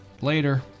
Later